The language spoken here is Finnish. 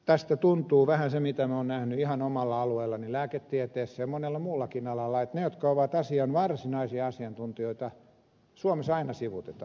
tässä tuntuu vähän se mitä olen nähnyt ihan omalla alueellani lääketieteessä ja monella muullakin alalla että ne jotka ovat asian varsinaisia asiantuntijoita suomessa aina sivuutetaan